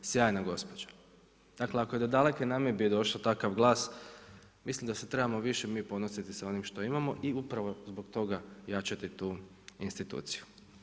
Sjajna gospođa.“ Dakle, ako je do daleke Namibije došao takav glas, mislim da se trebamo više mi ponositi s onim što imamo i upravo zbog toga jačati tu instituciju.